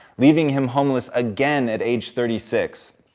leaving him homeless again at age thirty six.